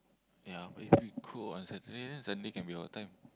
ya but if you cook on Saturday then Sunday can be our time